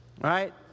Right